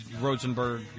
Rosenberg